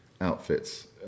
outfits